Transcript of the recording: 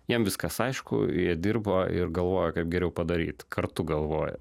jiem viskas aišku jie dirba ir galvoja kad geriau padaryt kartu galvoja